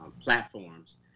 platforms